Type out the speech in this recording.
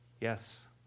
Yes